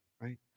right